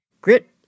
Grit